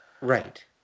Right